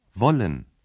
Wollen